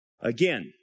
Again